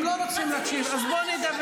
הם לא רוצים להקשיב, אז בוא נדבר.